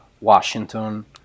Washington